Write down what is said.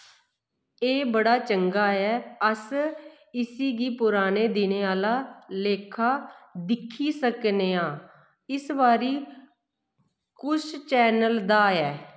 एह् बड़ा चंगा ऐ अस इस्सी गी पुराने दिनें आह्ला लेखा दिक्खी सकने आं इस बारी कुछ चैनल दा ऐ